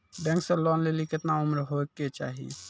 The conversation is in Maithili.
बैंक से लोन लेली केतना उम्र होय केचाही?